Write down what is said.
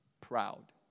proud